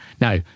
Now